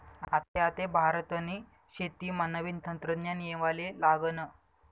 आते आते भारतनी शेतीमा नवीन तंत्रज्ञान येवाले लागनं